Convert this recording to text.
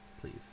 please